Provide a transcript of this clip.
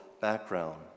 background